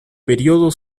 periodo